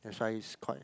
that's why is quite